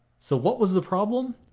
so what was the problem?